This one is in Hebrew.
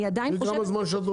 אני רק אומרת,